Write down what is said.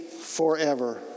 forever